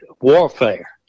warfare